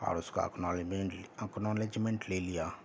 اور اس کا اکنالیجمینٹ اکنالیجمینٹ لے لیا